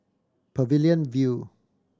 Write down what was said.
Pavilion View